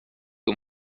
que